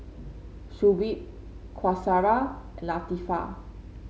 Shuib Qaisara and Latifa